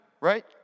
right